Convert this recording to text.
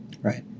Right